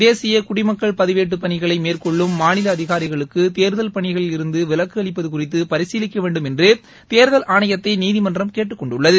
தேசிய குடிமக்கள் பதிவேட்டு பணிகளை மேற்கொள்ளும் மாநில அதிகாரிகளுக்கு தேர்தல் பணிகளில் இருந்து விலக்கு அளிப்பது குறித்து பரிசீலிக்க வேண்டும் என்று தேர்தல் ஆணையத்தை நீதிமன்றம் கேட்டுக் கொண்டுள்ளது